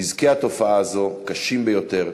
נזקי התופעה הזאת קשים ביותר,